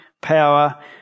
power